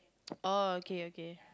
oh okay okay